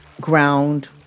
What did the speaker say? ground